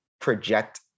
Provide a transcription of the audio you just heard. project